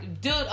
Dude